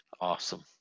Awesome